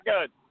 good